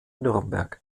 nürnberg